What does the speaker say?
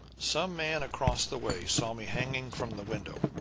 some man across the way saw me hanging from the window,